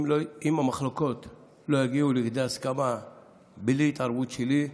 אם המחלוקות לא יגיעו לידי הסכמה בלי התערבות שלי,